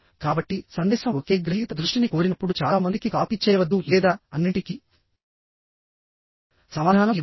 కాబట్టి సందేశం ఒకే గ్రహీత దృష్టిని కోరినప్పుడు చాలా మందికి కాపీ చేయవద్దు లేదా అన్నింటికీ సమాధానం ఇవ్వవద్దు